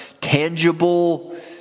tangible